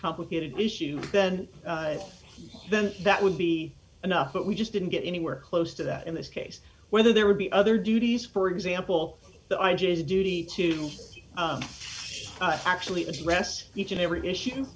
complicated issues and then that would be enough but we just didn't get anywhere close to that in this case whether there would be other duties for example the i g has a duty to actually address each and every issue